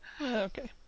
Okay